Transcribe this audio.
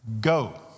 Go